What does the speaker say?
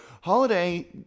holiday